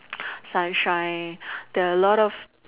Sunshine there a lot of